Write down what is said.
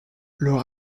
leur